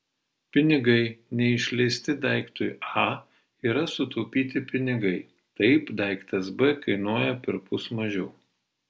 pinigai neišleisti daiktui a yra sutaupyti pinigai taip daiktas b kainuoja perpus mažiau